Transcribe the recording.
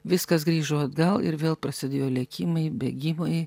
viskas grįžo atgal ir vėl prasidėjo lėkimai bėgimai